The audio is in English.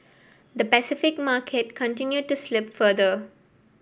the Pacific market continued to slip further